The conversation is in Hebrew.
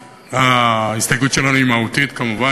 ההסתייגות שלנו מהותית כמובן,